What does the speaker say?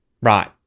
Right